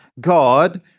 God